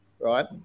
right